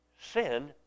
Sin